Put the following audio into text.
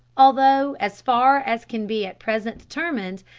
although, as far as can be at present determined,